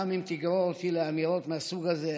גם אם תגרור אותי לאמירות מהסוג הזה,